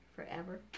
Forever